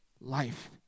life